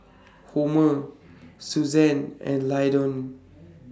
Homer Susan and Lyndon